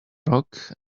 rock